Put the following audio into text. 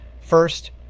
First